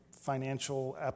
financial